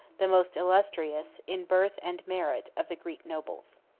the most illustrious, in birth and merit, of the greek nobles.